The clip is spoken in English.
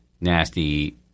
nasty